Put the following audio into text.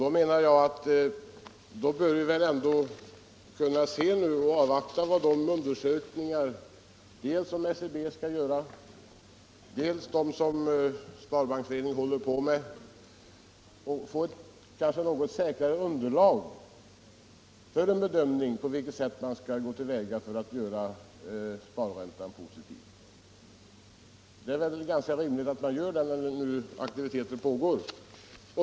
Då menar jag att vi bör kunna avvakta vad de undersökningar ger som dels SCB skall göra, dels Sparbanksföreningen håller på med. Genom dessa undersökningar kan vi kanske få ett säkrare underlag för en bedömning av på vilket sätt man skall gå till väga för att göra sparräntan positiv. Det är ganska rimligt att man tar hänsyn till detta nu när aktiviteten pågår.